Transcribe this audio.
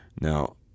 Now